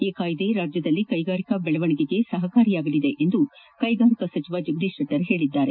ಈ ಕಾಯ್ದೆ ರಾಜ್ಯದಲ್ಲಿ ಕೈಗಾರಿಕಾ ಬೆಳವಣಿಗೆಗೆ ಸಹಕಾರಿಯಾಗಲಿದೆ ಎಂದು ಕೈಗಾರಿಕಾ ಸಚಿವ ಜಗದೀಶ್ ಶೆಟ್ಟರ್ ತಿಳಿಸಿದ್ದಾರೆ